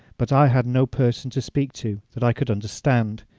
but i had no person to speak to that i could understand.